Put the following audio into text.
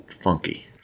funky